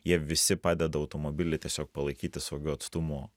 jie visi padeda automobilį tiesiog palaikyti saugiu atstumu